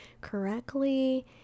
correctly